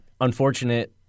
unfortunate